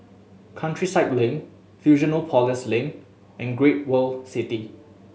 Countryside Link Fusionopolis Link and Great World City